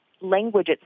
language